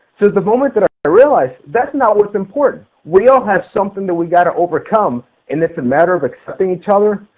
to the moment that i ah realized, that's not what's important. we ah have something that we gotta overcome and it's the matter of accepting each other.